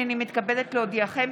הינני מתכבדת להודיעכם,